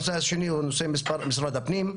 הנושא השני הוא נושא משרד הפנים,